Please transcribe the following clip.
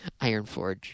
Ironforge